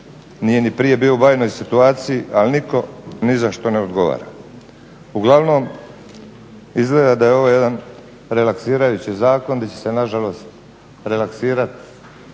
nije ni prije bio u bajnoj situaciji ali nitko ni za što ne odgovara. Uglavnom izgleda da je ovo jedan relaksirajući zakon gdje će se nažalost relaksirat